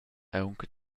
aunc